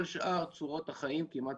דוחסים אותו למגדלים וכל שאר צורות החיים כמעט